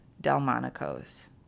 Delmonico's